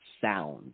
sound